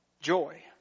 joy